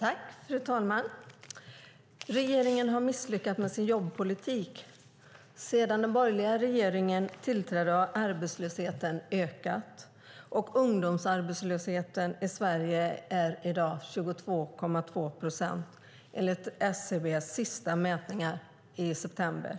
Fru talman! Regeringen har misslyckats med sin jobbpolitik. Sedan den borgerliga regeringen tillträdde har arbetslösheten ökat, och ungdomsarbetslösheten i Sverige är i dag 22,2 procent enligt SCB:s senaste mätningar från september.